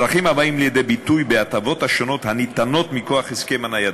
צרכים הבאים לידי ביטוי בהטבות השונות הניתנות מכוח הסכם הניידות.